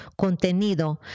contenido